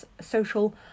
social